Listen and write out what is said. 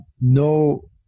No